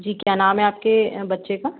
जी क्या नाम है आपके बच्चे का